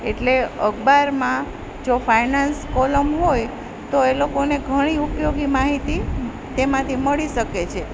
એટલે અખબારમાં જો ફાઇનાન્સ કૉલમ હોય તો એ લોકોને ઘણી ઉપયોગી માહિતી તેમાંથી મળી શકે છે